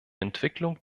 entwicklung